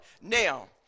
Now